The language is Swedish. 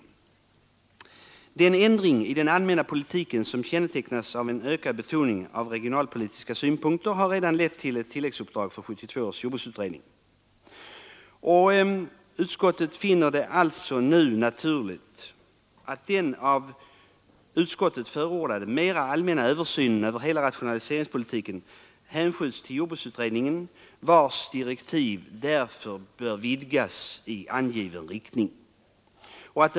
Den Torsdagen den ändring i den allmänna politiken som kännetecknas av en ökad betoning 28 mars 1974 av regionalekonomiska synpunkter har redan lett till ett tilläggsuppdrag ——L —— åt 1972 års jordbruksutredning.” Utskottet finner det alltså nu naturligt Jordbrukspolitiken, m.m. ”——— att den av utskottet förordade mera allmänna översynen över hela rationaliseringspolitiken även hänskjuts till jordbruksutredningen, vars direktiv därför bör vidgas i angiven riktning.